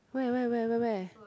where where where where where